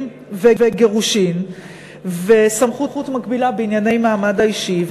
וגירושים וסמכות מקבילה בענייני המעמד האישי.